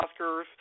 Oscars